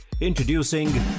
Introducing